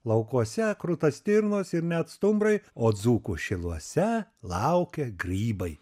laukuose kruta stirnos ir net stumbrai o dzūkų šiluose laukia grybai